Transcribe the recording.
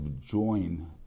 join